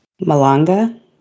Malanga